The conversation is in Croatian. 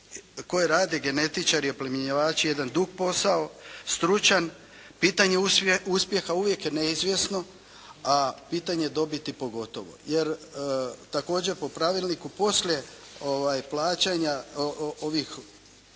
koji rade genetičari i oplemenjivači jedan dug posao, stručan. Pitanje uspjeha uvijek je neizvjesno a pitanje dobiti pogotovo jer također po pravilniku poslije plaćanja ovih